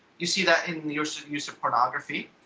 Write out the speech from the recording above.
you see that in the use of use of pornography,